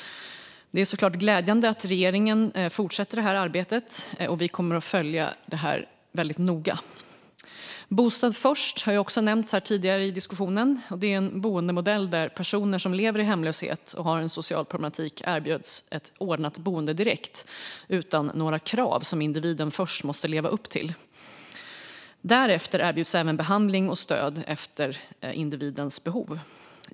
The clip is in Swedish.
Det är självklart glädjande att regeringen fortsätter med detta arbete, och vi kommer att följa det väldigt noga. Bostad först har nämnts tidigare i diskussionen. Det är en boendemodell där personer som lever i hemlöshet och har en social problematik erbjuds ett ordnat boende direkt och utan några krav som individen först måste leva upp till. Därefter erbjuds även behandling och stöd utifrån individens behov.